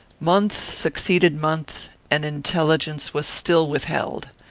month succeeded month, and intelligence was still withheld.